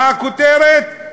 מה הכותרת?